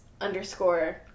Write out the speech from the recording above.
underscore